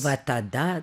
va tada